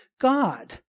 God